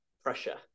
pressure